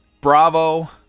bravo